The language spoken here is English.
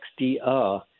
XDR